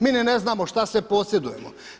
Mi ni ne znamo šta sve posjedujemo.